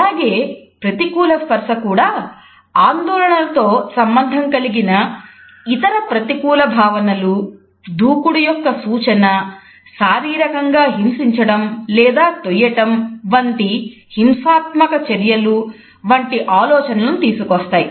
అలాగే ప్రతికూల స్పర్శ కూడా ఆందోళనతో సంబంధము కలిగిన ఇతర ప్రతికూల భావనలు దూకుడు యొక్క సూచన శారీరకంగా హింసించడం లేదా తోయ్యటం వంటి హింసాత్మక చర్యలు వంటి ఆలోచనలను తీసుకువస్తాయి